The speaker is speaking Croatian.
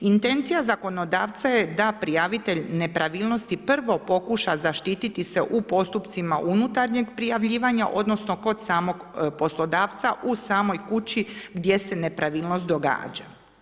Intencija zakonodavca je da prijavitelj nepravilnosti prvo pokuša zaštiti se u postupcima unutarnjeg prijavljivanja odnosno, kod samog poslodavca u samoj kući gdje se nepravilnost događa.